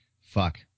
fuck